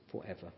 forever